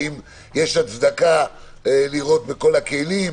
האם יש הצדקה לירות בכל הכלים,